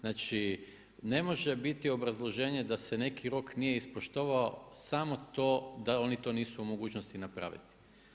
Ne može biti obrazloženje da se neki rok nije ispoštivao samo to, da oni to nisu u mogućnosti napraviti.